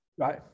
Right